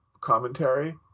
commentary